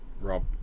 Rob